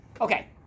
Okay